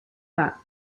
that